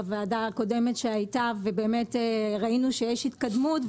בדיון הקודם ראינו שיש התקדמות,